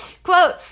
Quote